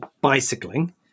bicycling